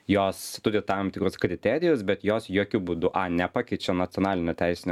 jos turi tam tikrus kriterijus bet jos jokiu būdu a nepakeičia nacionalinio teisinio